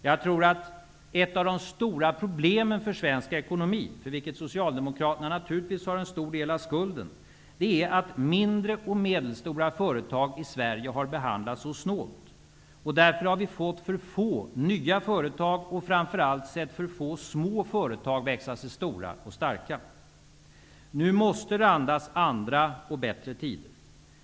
Jag tror att ett av de stora problemen i svensk ekonomi -- för vilket Socialdemokraterna naturligtvis har stor skuld -- är att mindre och medelstora företag i Sverige har behandlats så snålt. Därför har vi fått för få nya företag och framför allt för få små företag som kunnat växa sig stora och starka. Nu måste andra och bättre tider randas.